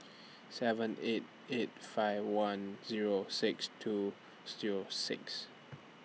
seven eight eight five one Zero six two Zero six